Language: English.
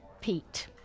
pete